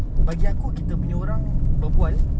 bagi aku kita punya orang berbual